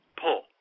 pull